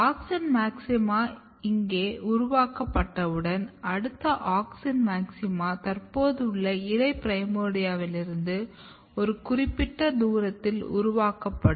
auxin maxima இங்கே உருவாக்கப்பட்டவுடன் அடுத்த ஆக்ஸின் மாக்சிமா தற்போதுள்ள இலை பிரைமோர்டியாவிலிருந்து ஒரு குறிப்பிட்ட தூரத்தில் உருவாக்கப்படும்